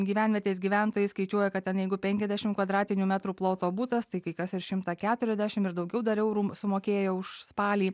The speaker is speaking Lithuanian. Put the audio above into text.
gyvenvietės gyventojai skaičiuoja kad ten jeigu penkiasdešim kvadratinių metrų ploto butas tai kas ir šimtą keturiasdešim ir daugiau dar eurų sumokėjo už spalį